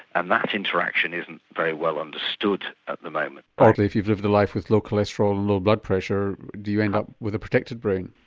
and that interaction isn't very well understood at the moment. or if you've lived a life with low cholesterol, and low blood pressure, do you end up with a protected brain?